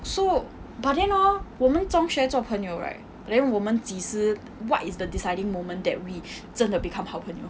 so but then hor 我们中学做朋友 right then 我们几时 what is the deciding moment that we 真的 become 好朋友